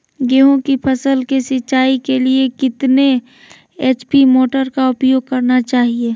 गेंहू की फसल के सिंचाई के लिए कितने एच.पी मोटर का उपयोग करना चाहिए?